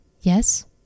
Yes